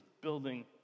building